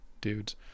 dudes